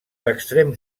extrems